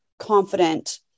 confident